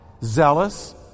zealous